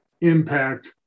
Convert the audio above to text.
impact